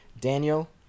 Daniel